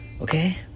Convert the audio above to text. okay